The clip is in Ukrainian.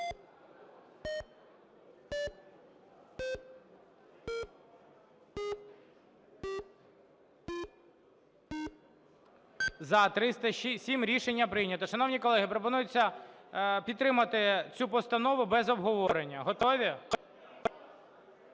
За-307 Рішення прийнято. Шановні колеги, пропонується підтримати цю постанову без обговорення. Готові?